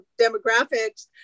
demographics